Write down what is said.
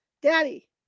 Daddy